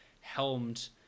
helmed